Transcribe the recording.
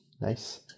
Nice